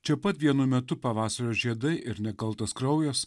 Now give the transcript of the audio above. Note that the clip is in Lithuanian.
čia pat vienu metu pavasario žiedai ir nekaltas kraujas